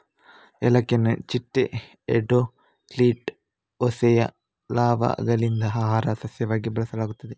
ಏಲಕ್ಕಿಯನ್ನು ಚಿಟ್ಟೆ ಎಂಡೋಕ್ಲಿಟಾ ಹೋಸೆಯ ಲಾರ್ವಾಗಳಿಂದ ಆಹಾರ ಸಸ್ಯವಾಗಿ ಬಳಸಲಾಗುತ್ತದೆ